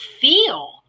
feel